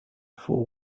fall